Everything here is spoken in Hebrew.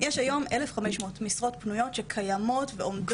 אז יש היום כ-1,500 משרות פנויות שקיימות ועומדות.